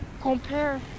compare